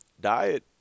diet